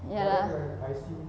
ya